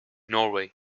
norway